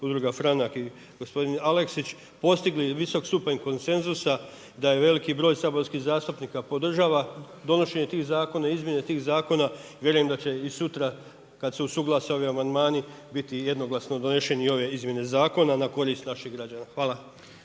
Udruga Franak i gospodin Aleksić postigli visok stupanj konsenzusa, da i veliki broj saborskih zastupnika podržava donošenje tih zakona, i izmjene tih zakona, vjerujem da će i sutra kada se usuglase ovi amandmani biti jednoglasno donešene i ove izmjene zakona na korist naših građana. Hvala.